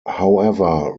however